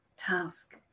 task